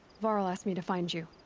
varl asked me to find you.